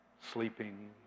sleeping